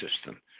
system